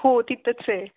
हो तिथंच आहे